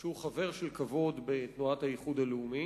שהוא חבר של כבוד בתנועת האיחוד הלאומי,